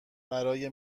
برای